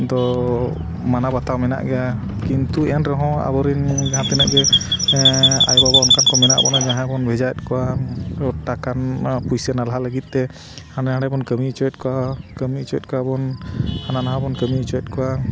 ᱫᱚ ᱢᱟᱱᱟ ᱵᱟᱛᱟᱣ ᱢᱮᱱᱟᱜ ᱜᱮᱭᱟ ᱠᱤᱱᱛᱩ ᱮᱱ ᱨᱮᱦᱚᱸ ᱟᱵᱚᱨᱮᱱ ᱡᱟᱦᱟᱸ ᱛᱤᱱᱟᱹᱜ ᱜᱮ ᱟᱭᱳᱼᱵᱟᱵᱟ ᱚᱱᱠᱟᱱ ᱠᱚ ᱢᱮᱱᱟᱜ ᱵᱚᱱᱟ ᱡᱟᱦᱟᱸᱭ ᱵᱚᱱ ᱵᱷᱮᱡᱟᱭᱮᱫ ᱠᱚᱣᱟ ᱴᱟᱠᱟᱼᱯᱩᱭᱥᱟᱹ ᱱᱟᱞᱦᱟ ᱞᱟᱹᱜᱤᱫ ᱛᱮ ᱦᱟᱸᱰᱮᱼᱱᱷᱟᱰᱮ ᱵᱚᱱ ᱠᱟᱹᱢᱤ ᱚᱪᱚᱭᱮᱫ ᱠᱚᱣᱟ ᱠᱟᱹᱢᱤ ᱚᱪᱚᱭᱮᱫ ᱠᱚᱣᱟ ᱵᱚᱱ ᱦᱟᱱᱟᱼᱱᱷᱟᱣᱟ ᱵᱚᱱ ᱠᱟᱹᱢᱤ ᱚᱪᱚᱭᱮᱫ ᱠᱚᱣᱟ